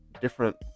different